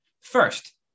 First